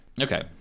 Okay